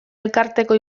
elkarteko